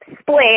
split